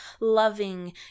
loving